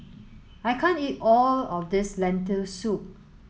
I can't eat all of this Lentil soup